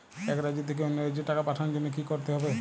এক রাজ্য থেকে অন্য রাজ্যে টাকা পাঠানোর জন্য কী করতে হবে?